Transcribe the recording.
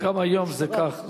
גם היום זה כך,